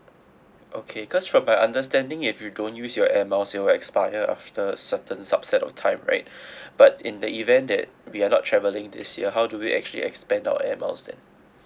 okay cause from my understanding if you don't use your air miles you will expire after a certain subset of time right but in the event that we are not travelling this year how do we actually expense our air miles then